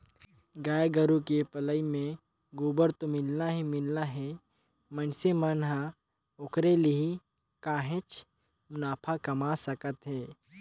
गाय गोरु के पलई ले गोबर तो मिलना ही मिलना हे मइनसे मन ह ओखरे ले ही काहेच मुनाफा कमा सकत हे